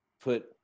put